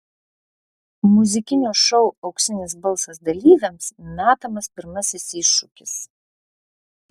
muzikinio šou auksinis balsas dalyviams metamas pirmasis iššūkis